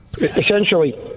essentially